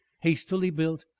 hastily built,